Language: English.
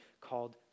called